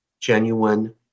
genuine